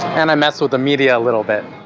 and i messed with the media a little bit.